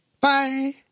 Bye